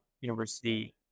University